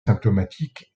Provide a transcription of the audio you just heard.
symptomatique